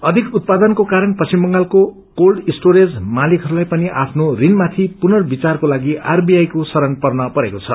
अधिक उत्पादनको कारण पश्चिम बंगालको क्रेल्ड स्टोरेज मालिकहरूलाई पनि आफ्नो ऋणमाथि पुर्नविचारको लागि आरबीआई को शरण पर्नु परेको छ